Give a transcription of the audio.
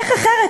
איך הם אמורים,